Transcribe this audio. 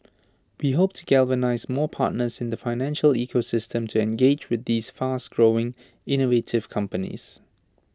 we hope to galvanise more partners in the financial ecosystem to engage with these fast growing innovative companies